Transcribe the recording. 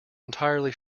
entirely